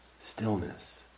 stillness